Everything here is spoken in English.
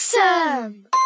Awesome